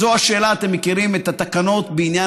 אתם מכירים את התקנות בעניין